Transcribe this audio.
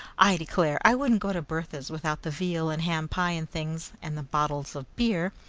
i declare i wouldn't go to bertha's without the veal and ham pie and things, and the bottles of beer,